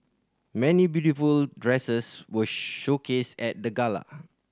many beautiful dresses were showcased at the gala